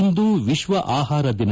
ಇಂದು ವಿಶ್ವ ಆಹಾರ ದಿನ